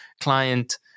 client